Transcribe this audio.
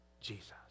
Jesus